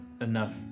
enough